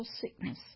sickness